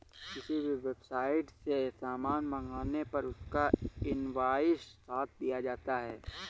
किसी भी वेबसाईट से सामान मंगाने पर उसका इन्वॉइस साथ दिया जाता है